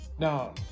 Now